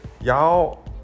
y'all